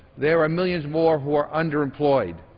there are millions more who are underemployed.